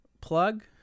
plug